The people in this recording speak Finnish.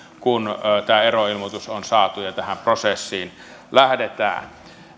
kun tämä eroilmoitus on saatu ja tähän prosessiin lähdetään